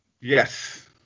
Yes